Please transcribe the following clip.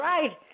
Right